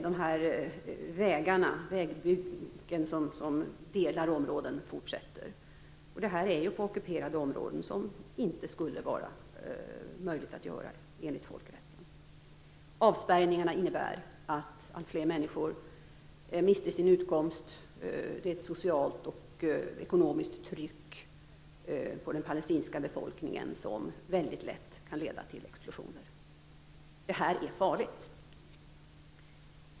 De vägbyggen som delar områden fortsätter. Det här är på ockuperade områden där detta enligt folkrätten inte skulle få vara möjligt att göra. Avspärrningarna innebär att alltfler människor mister sin utkomst. Det är ett socialt och ekonomiskt tryck på den palestinska befolkningen som väldigt lätt kan leda till explosioner. Det här är farligt.